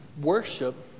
Worship